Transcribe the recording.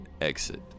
exit